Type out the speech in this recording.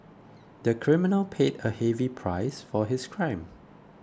the criminal paid a heavy price for his crime